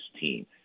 team